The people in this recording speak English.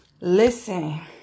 Listen